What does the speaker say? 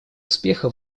успеха